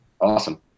Awesome